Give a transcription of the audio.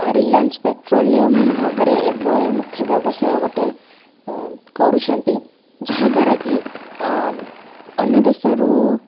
Reliance Petroleum ଭାବରେ ଏବେ ମୁଖ୍ୟ ବ୍ୟବସାୟ ଗୋଟେ କରୁଛନ୍ତି ଯାହାଦ୍ୱାରା କି ଅନ୍ୟ ଦେଶରୁ